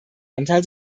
anteil